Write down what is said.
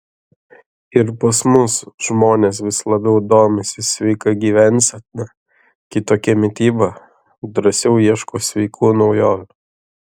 ir pas mus žmonės vis labiau domisi sveika gyvensena kitokia mityba drąsiau ieško sveikų naujovių